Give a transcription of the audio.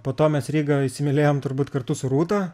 po to mes rygą įsimylėjom turbūt kartu su rūta